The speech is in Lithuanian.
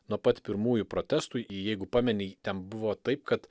nuo pat pirmųjų protestų į jeigu pameni ten buvo taip kad